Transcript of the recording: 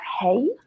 hey